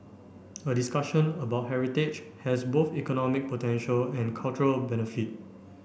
a discussion about heritage has both economic potential and cultural benefit